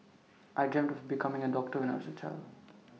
I dreamt of becoming A doctor when I was A child